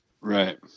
right